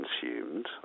consumed